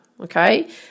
Okay